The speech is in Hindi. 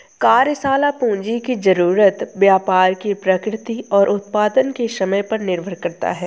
कार्यशाला पूंजी की जरूरत व्यापार की प्रकृति और उत्पादन के समय पर निर्भर करता है